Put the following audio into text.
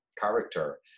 character